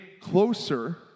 closer